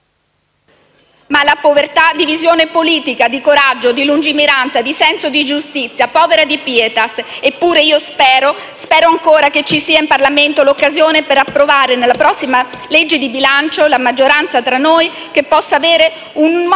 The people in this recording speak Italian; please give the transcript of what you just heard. alla povertà di visione politica, di coraggio, di lungimiranza, di senso di giustizia, Povera di pietas! Eppure io spero, spero ancora che ci sia in Parlamento, in occasione dell'approvazione della prossima legge di bilancio, la maggioranza tra noi che possa e voglia avere uno moto di umanità